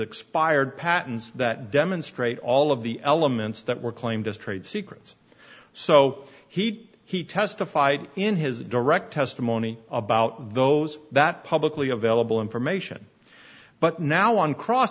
expired patents that demonstrate all of the elements that were claimed as trade secrets so he he testified in his direct testimony about those that publicly available information but now on cross